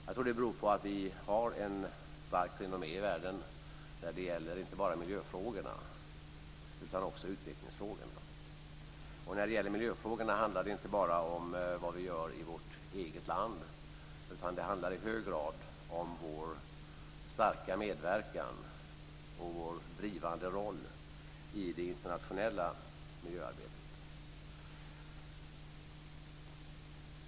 Jag tror att det beror på att vi har ett gott renommé i världen när det gäller inte bara miljöfrågorna utan också utvecklingsfrågorna. När det gäller miljöfrågorna handlar det inte bara om vad vi gör i vårt eget land, utan det handlar i hög grad om vår starka medverkan och vår drivande roll i det internationella miljöarbetet.